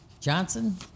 Johnson